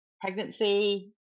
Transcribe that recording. pregnancy